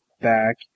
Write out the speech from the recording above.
back